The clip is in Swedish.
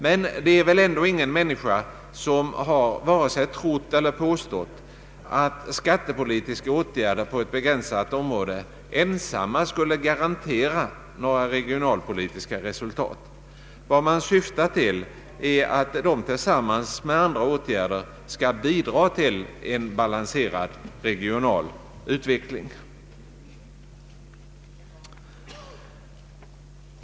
Men det är väl ingen människa som vare sig trott eller påstått att skattepolitiska åtgärder på ett begränsat område ensamma skulle garantera några regionalpolitiska resultat. Vad man syftar till är att dessa tillsammans med andra åtgärder skall bidra till en balanserad regional utveckling.